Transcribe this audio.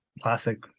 Classic